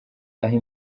ahe